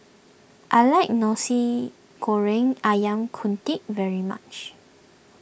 I like Nasi Goreng Ayam Kunyit very much